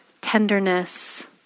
tenderness